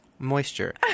Moisture